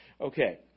Okay